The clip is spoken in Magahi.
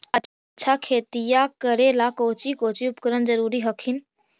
अच्छा खेतिया करे ला कौची कौची उपकरण जरूरी हखिन?